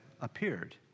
appeared